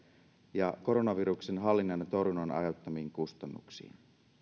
ja koronaviruksen hallinnan ja torjunnan aiheuttamiin kustannuksiin